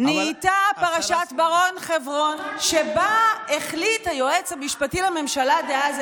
נהייתה פרשת בר-און חברון שבה היועץ המשפטי לממשלה דאז,